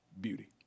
beauty